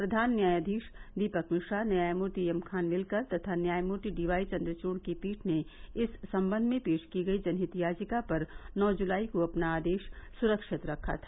प्रधान न्यायाधीश दीपक मिश्रा न्यायमूर्ति A M Khanwilkar तथा न्यायमूर्ति डी वाई चन्द्रचूड की पीठ ने इस संबंध में पेश की गई जनहित याचिका पर नौ ज्लाई को अपना आदेश सुरक्षित रखा था